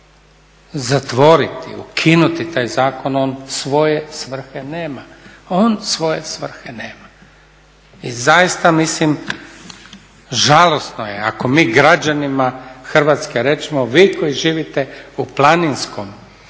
zatvoriti, ukinuti taj zakon, on svoje svrhe nema, on svoje svrhe nema. I zaista mislim žalosno je ako mi građanima Hrvatske rečemo vi koji živite u planinskom